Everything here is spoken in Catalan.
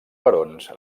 barons